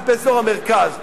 רק באזור המרכז.